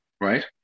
right